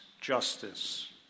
justice